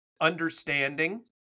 understanding